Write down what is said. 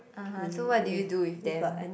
(uh huh) so what did you do with them